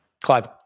Clive